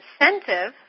incentive